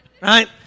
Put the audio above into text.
Right